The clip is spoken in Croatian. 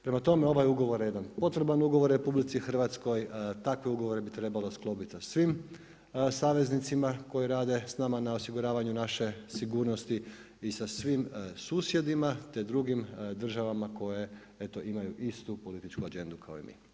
Prema tome, ovaj ugovor je jedan potreban ugovor RH, takve ugovore bi trebalo sklopiti sa svim saveznicima koji rade s nama na osiguravanju naše sigurnosti i sa svim susjedima te drugim državama koje eto imaju istu političku agendu kao i mi.